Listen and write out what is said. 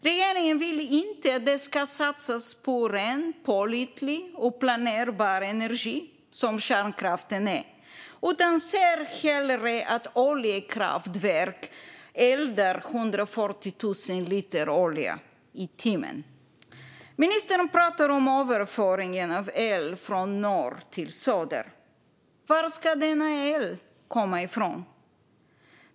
Regeringen vill inte att det ska satsas på ren, pålitlig och planerbar energi, som kärnkraften är, utan ser hellre att oljekraftverk eldar 140 000 liter olja i timmen. Ministern pratar om överföringen av el från norr till söder. Var ska denna el komma ifrån?